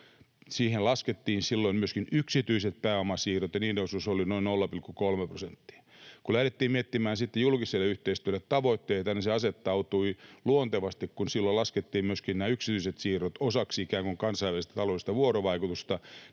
Siihen laskettiin silloin myöskin yksityiset pääomasiirrot, ja niiden osuus oli noin 0,3 prosenttia. Kun lähdettiin miettimään sitten julkiselle yhteistyölle tavoitteita, niin se asettautui luontevasti. Kun silloin laskettiin myöskin nämä yksityiset siirrot osaksi ikään kuin kansainvälistä taloudellista vuorovaikutusta,